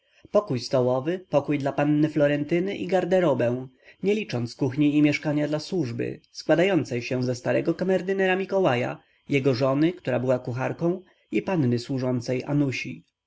pokój stołowy pokój dla panny florentyny i garderobę nie licząc kuchni i mieszkania dla służby składającej się ze starego kamerdynera mikołaja jego żony która była kucharką i panny służącej anusi